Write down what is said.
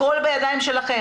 הכול בידיים שלכם.